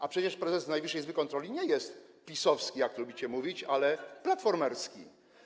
A przecież prezes Najwyższej Izby Kontroli nie jest pisowski, jak lubicie mówić, ale platformerski.